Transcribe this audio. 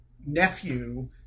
nephew